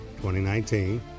2019